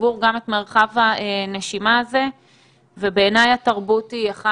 לציבור גם את מרחב הנשימה הזה ובעיניי התרבות היא אחד